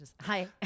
Hi